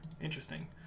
Interesting